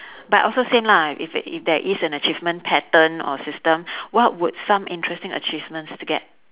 but also same lah if it if there is an achievement pattern or system what would some interesting achievements to get